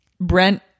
brent